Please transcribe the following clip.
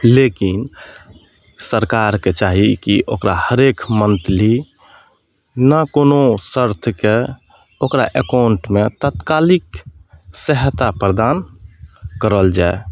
लेकिन सरकारके चाही कि ओकरा हरेक मन्थली नहि कोनो शर्तके ओकरा एकाउंटमे तत्कालिक सहायता प्रदान करल जाए